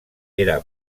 era